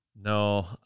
No